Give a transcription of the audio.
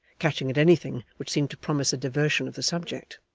catching at anything which seemed to promise a diversion of the subject.